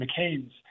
McCain's